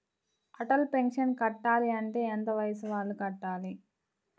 Atal pension కట్టాలి అంటే ఎంత వయసు వాళ్ళు కట్టాలి?